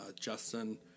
Justin